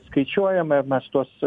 skaičiuojame ar mes tuos